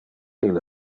ille